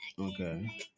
okay